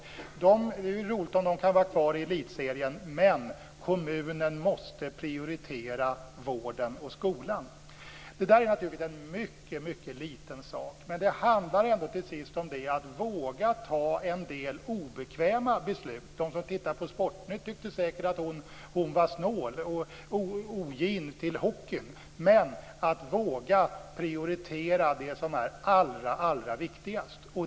Hon sade att det är roligt om de kan vara kvar i elitserien, men att kommunen måste prioritera vården och skolan. Detta är naturligtvis en mycket liten sak, men det handlar ändå till sist om att våga fatta en del obekväma beslut. De som tittade på Sportnytt tyckte säkert att hon var snål och ogin mot hockeyn, men det gäller att våga prioritera det som är allra viktigast.